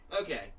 Okay